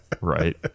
Right